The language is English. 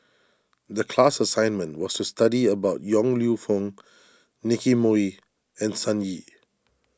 the class assignment was to study about Yong Lew Foong Nicky Moey and Sun Yee